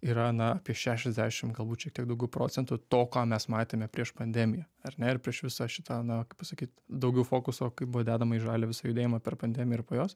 yra na apie šešiasdešim galbūt šiek tiek daugiau procentų to ką mes matėme prieš pandemiją ar ne ir prieš visą šitą na kaip pasakyt daugiau fokuso kaip buvo dedama į žalią visą judėjimą per pandemiją ir po jos